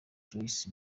joyce